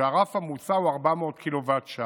שהרף המוצע הוא 400 קוט"ש,